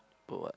put what